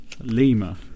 Lima